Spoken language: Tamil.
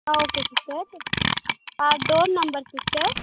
ஆ ஓகே சிஸ்டர் ஆ டோர் நம்பர் சிஸ்டர்